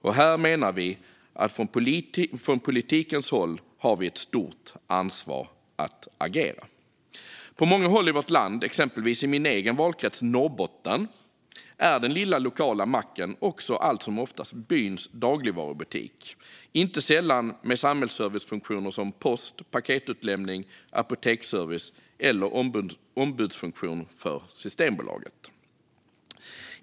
Och här menar vi att vi från politikens håll har ett stort ansvar att agera. På många håll i vårt land, exempelvis i min egen valkrets Norrbotten, är den lilla lokala macken också allt som oftast byns dagligvarubutik, inte sällan med samhällsservicefunktioner som post och paketutlämning, apoteksservice eller ombudsfunktion för Systembolaget.